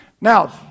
Now